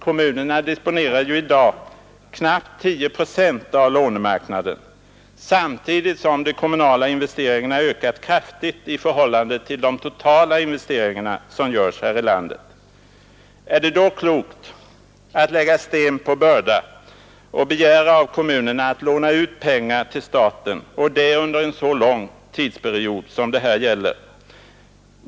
Kommunerna disponerar ju i dag knappt 10 procent av lånemarknaden, samtidigt som de kommunala investeringarna har ökat kraftigt i förhållande till de totala investeringar som görs här i landet. Är det då klokt att lägga sten på börda och begära av kommunerna att de skall låna ut pengar till staten — och detta under så lång tid som det här gäller?